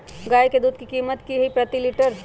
गाय के दूध के कीमत की हई प्रति लिटर?